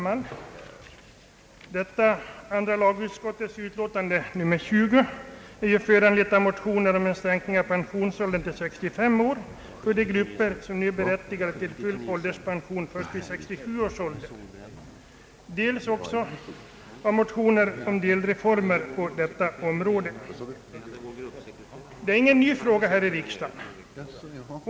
Herr talman! Andra lagutskottets utlåtande nr 20 är föranlett dels av motioner om sänkning av pensionsåldern till 635 år för de grupper som nu är berättigade till full ålderspension först vid 67 års ålder, dels av motioner om delreformer på detta område. Detta är ingen ny fråga här i riksdagen.